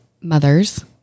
mothers